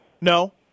No